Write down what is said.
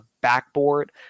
backboard